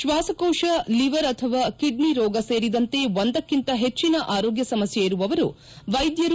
ಶ್ವಾಸಕೋಶ ಲಿವರ್ ಅಥವಾ ಕಿಡ್ನಿ ರೋಗ ಸೇರಿದಂತೆ ಒಂದಕ್ಕಿಂತ ಹೆಚ್ಚನ ಆರೋಗ್ಯ ಸಮಸ್ತೆ ಇರುವವರು ವೈದ್ದರು